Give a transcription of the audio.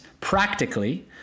practically